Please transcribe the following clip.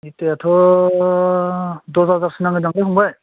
इथायाथ' दस हाजारसो नांगोनदांलै फंबाय